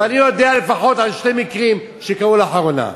אני יודע לפחות על שני מקרים שקרו לאחרונה.